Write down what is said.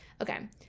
Okay